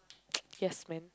yes man